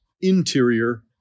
interior